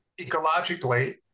ecologically